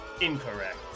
Incorrect